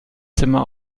zimmer